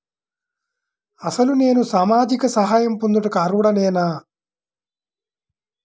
అసలు నేను సామాజిక సహాయం పొందుటకు అర్హుడనేన?